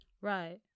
right